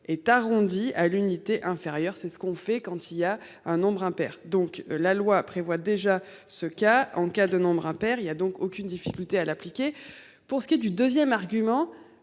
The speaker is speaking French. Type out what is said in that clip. est arrondi à l'unité inférieure, c'est ce qu'on fait quand il y a un nombre impair donc la loi prévoit déjà ce cas en cas de nombres impairs. Il y a donc aucune difficulté à l'appliquer. Pour ce qui est du 2ème argument